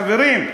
חברים,